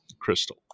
crystal